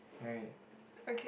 right